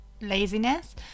laziness